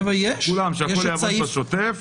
שהכול יעבור בשוטף.